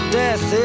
death